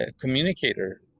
communicator